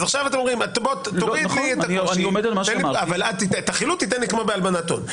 עכשיו אתה אומר: אבל את החילוט תן לי כמו בהלבנת הון.